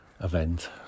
event